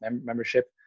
membership